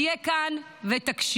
שתהיה כאן ותקשיב.